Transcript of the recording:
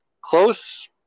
Close